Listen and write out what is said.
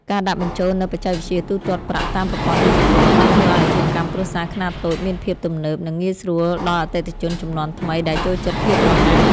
ការដាក់បញ្ចូលនូវបច្គេកវិទ្យាទូទាត់ប្រាក់តាមប្រព័ន្ធឌីជីថល បានធ្វើឱ្យអាជីវកម្មគ្រួសារខ្នាតតូចមានភាពទំនើប និងងាយស្រួលដល់អតិថិជនជំនាន់ថ្មីដែលចូលចិត្តភាពរហ័ស។